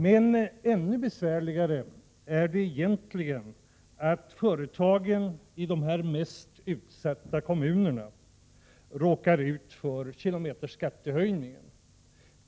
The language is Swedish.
Men ännu besvärligare är det egentligen att företagen i dessa de mest utsatta kommunerna råkar ut för kilometerskattehöjningen.